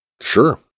Sure